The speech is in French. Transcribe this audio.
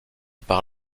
par